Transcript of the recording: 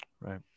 right